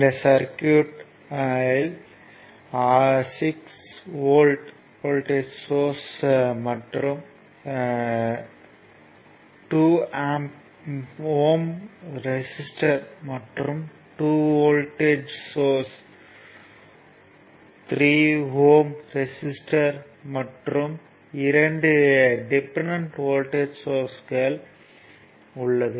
இந்த சர்க்யூட்யில் 6 V voltage source மற்றும் 2 ஓம் ரெசிஸ்டர் மற்றும் 2 வோல்ட்டேஜ் சோர்ஸ் 3 ஓம் ரெசிஸ்டர் மற்றும் இரண்டு டிபெண்டன்ட் வோல்ட்டேஜ் சோர்ஸ்கள் உள்ளது